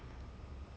mm